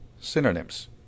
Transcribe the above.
Synonyms